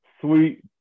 Sweet